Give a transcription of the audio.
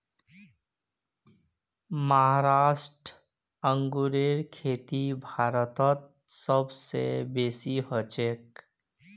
महाराष्ट्र अंगूरेर खेती भारतत सब स बेसी हछेक